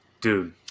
dude